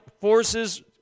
forces